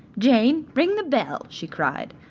jane, ring the bell, she cried,